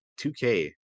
2k